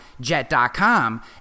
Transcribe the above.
Jet.com